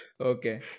Okay